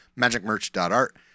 magicmerch.art